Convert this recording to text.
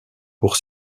pour